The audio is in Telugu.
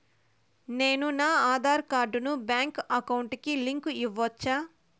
నేను నా ఆధార్ కార్డును బ్యాంకు అకౌంట్ కి లింకు ఇవ్వొచ్చా?